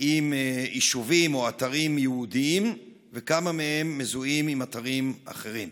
עם יישובים או אתרים יהודיים וכמה מהם מזוהים עם אתרים אחרים?